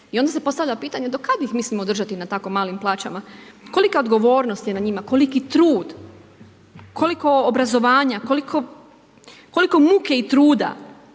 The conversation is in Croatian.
i onda se postavlja pitanje do kad ih mislimo držati na tako malim plaćama? Kolika odgovornost je na njima, koliki trud, koliko obrazovanja, koliko muke i truda.